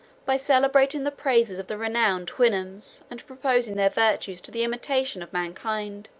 by celebrating the praises of the renowned houyhnhnms, and proposing their virtues to the imitation of mankind.